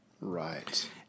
Right